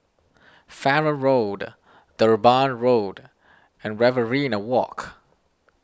Farrer Road Durban Road and Riverina Walk